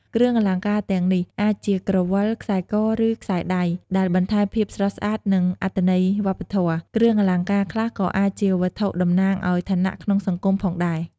គ្រឿងអលង្ការទាំងនេះអាចជាក្រវិល ខ្សែក ឬខ្សែដៃ ដែលបន្ថែមភាពស្រស់ស្អាត និងអត្ថន័យវប្បធម៌។ គ្រឿងអលង្ការខ្លះក៏អាចជាវត្ថុតំណាងឲ្យឋានៈក្នុងសង្គមផងដែរ។